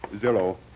Zero